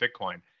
Bitcoin